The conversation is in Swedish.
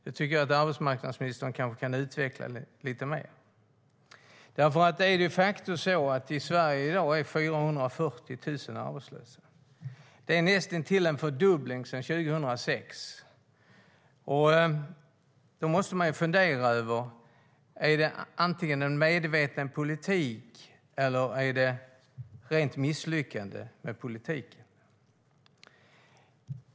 Det tycker jag att arbetsmarknadsministern kan utveckla lite mer, för det är de facto så att 440 000 personer är arbetslösa i Sverige i dag. Det är näst intill en fördubbling sedan 2006, och då måste man fundera över om det antingen är en medveten politik eller ett rent misslyckande.